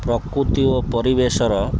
ପ୍ରକୃତି ଓ ପରିବେଶର